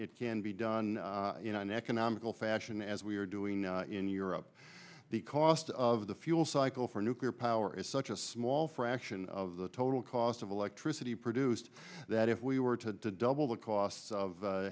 it can be done in an economical fashion as we are doing in europe the cost of the fuel cycle for nuclear power is such a small fraction of the total cost of electricity produced that if we were to double the cost of